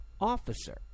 officer